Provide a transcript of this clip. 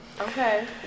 Okay